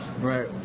Right